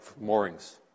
moorings